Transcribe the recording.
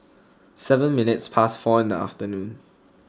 seven minutes past four in the afternoon